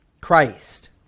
Christ